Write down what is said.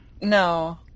No